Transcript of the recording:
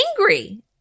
angry